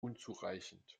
unzureichend